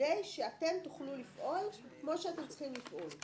כדי שאתם תוכלו לפעול כמו שאתם צריכים לפעול?